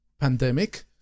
pandemic